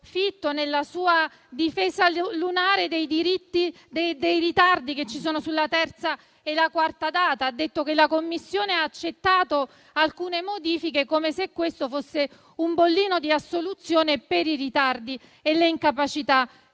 nella sua difesa lunare dei ritardi che ci sono sulla terza e la quarta rata. Ha detto che la Commissione europea ha accettato alcune modifiche, come se questo fosse un bollino di assoluzione per i ritardi e le incapacità